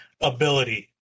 Ability